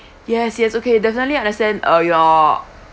yes yes okay definitely understand uh your